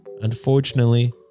unfortunately